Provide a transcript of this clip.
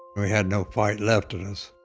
we had no fight left in us.